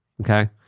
Okay